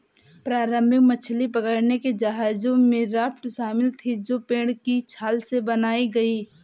प्रारंभिक मछली पकड़ने के जहाजों में राफ्ट शामिल थीं जो पेड़ की छाल से बनाई गई